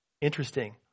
Interesting